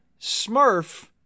Smurf